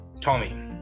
Tommy